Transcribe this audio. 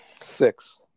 Six